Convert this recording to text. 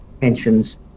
pensions